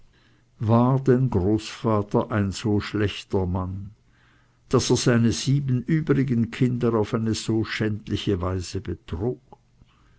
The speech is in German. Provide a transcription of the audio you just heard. war denn großvater ein so schlechter mann daß er seine sieben übrigen kinder auf eine so schändliche weise betrog